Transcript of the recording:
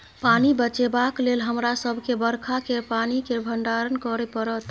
पानि बचेबाक लेल हमरा सबके बरखा केर पानि केर भंडारण करय परत